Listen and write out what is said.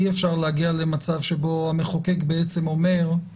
אי אפשר להגיע למצב שהמחוקק אומר, תפדלו,